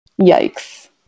yikes